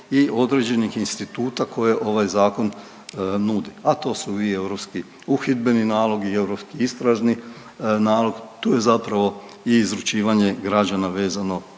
i određenih instituta koje ovaj Zakon nudi, a to su i europski uhidbeni nalog i europski istražni nalog, tu je zapravo i izručivanje građana vezano